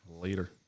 Later